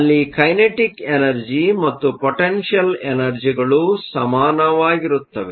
ಅಲ್ಲಿ kinetic energy ಮತ್ತು potential ಎನರ್ಜಿಗಳು ಸಮಾನವಾಗಿರುತ್ತದೆ